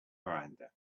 miranda